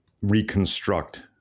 reconstruct